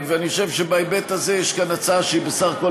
אני חושב שבהיבט הזה יש כאן הצעה שהיא בסך הכול